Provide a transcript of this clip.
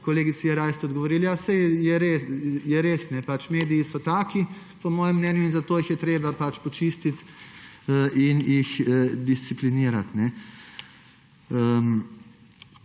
Kolegici Jeraj ste odgovorili: Ja, saj je res, mediji so taki po mojem mnenju in zato jih je treba počistiti in jih disciplinirati.